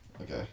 Okay